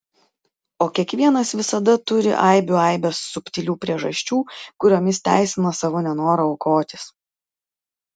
o kiekvienas visada turi aibių aibes subtilių priežasčių kuriomis teisina savo nenorą aukotis